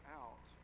out